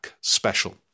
special